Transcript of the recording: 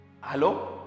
hello